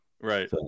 Right